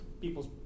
people's